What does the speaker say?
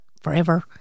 forever